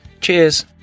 Cheers